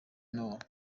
nord